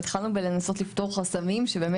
אז התחלנו בלנסות לפתור חסמים שהם באמת